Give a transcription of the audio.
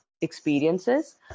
Experiences